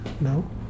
No